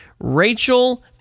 Rachel